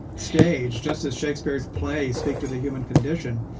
stage. just as shakespeare's plays speak to the human condition,